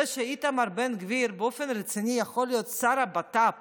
זה שאיתמר בן גביר באופן רציני יכול להיות שר הבט"פ